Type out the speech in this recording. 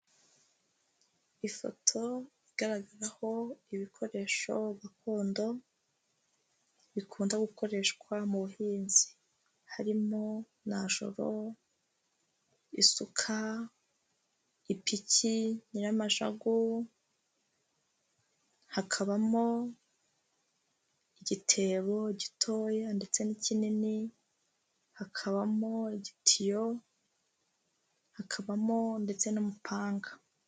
Ifoto igaragaraho ibikoresho gakondo, bikunda gukoreshwa mu buhinzi, harimo najoro, isuka, ipiki, nyiramajago, hakabamo igitebo gitoya ndetse n'ikinini, hakabamo igitiyo, hakabamo ndetse n'umupanga.